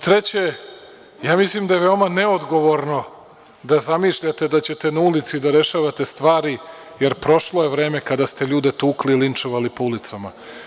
Treće, ja mislim da je veoma neodgovorno da zamišljate da ćete na ulici da rešavate stvari, jer prošlo je vreme kada ste ljude tukli i linčovali po ulicama.